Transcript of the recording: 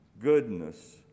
goodness